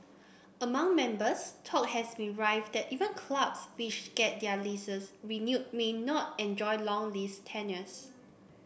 among members talk has been rife that even clubs which get their leases renewed may not enjoy long lease tenures